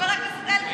חבר הכנסת אלקין?